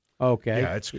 Okay